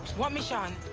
what mission?